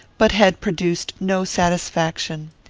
but had produced no satisfaction.